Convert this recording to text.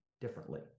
differently